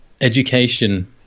education